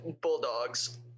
Bulldogs